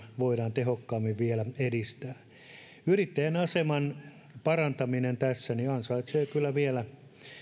voidaan tehokkaammin vielä edistää yrittäjien aseman parantaminen tässä ansaitsee kyllä vielä